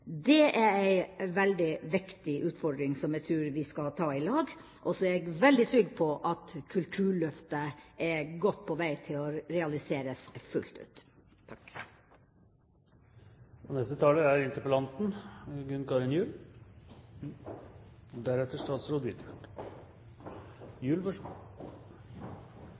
Det er en veldig viktig utfordring, som jeg tror vi skal ta i lag, og så er jeg veldig trygg på at Kulturløftet er godt på vei til å realiseres fullt ut. Jeg synes det er